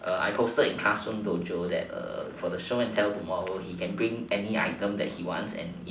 err I posted in classroom dojo that err for show and tell tomorrow he can bring any item that he wants and if